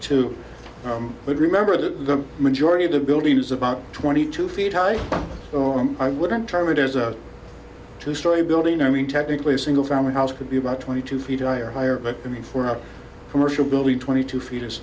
him but remember the majority of the building is about twenty two feet high oh and i wouldn't try it as a two story building i mean technically a single family house could be about twenty two feet i or higher but i mean for a commercial building twenty two fee